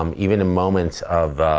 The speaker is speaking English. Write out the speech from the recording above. um even the moments of,